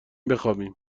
بخوابیم